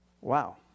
Wow